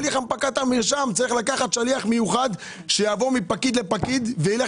צריך לקחת שליח מיוחד שיעבור מפקיד לפקיד וילך